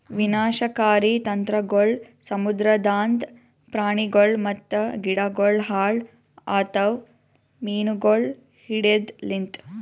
ವಿನಾಶಕಾರಿ ತಂತ್ರಗೊಳ್ ಸಮುದ್ರದಾಂದ್ ಪ್ರಾಣಿಗೊಳ್ ಮತ್ತ ಗಿಡಗೊಳ್ ಹಾಳ್ ಆತವ್ ಮೀನುಗೊಳ್ ಹಿಡೆದ್ ಲಿಂತ್